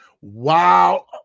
wow